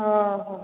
ହଁ ହଉ